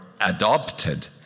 adopted